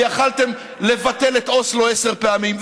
ויכולתם לבטל את אוסלו עשר פעמים,